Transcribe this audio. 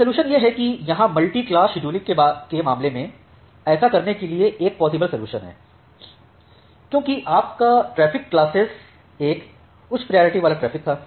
solution यह है कि यहां मल्टीक्लास शेड्यूलिंग के मामले में ऐसा करने के लिए एक पॉसिबल सलूशन है क्योंकि आपका ट्रैफ़िक क्लासेस 1 उच्च प्रायोरिटी वाला ट्रैफ़िक था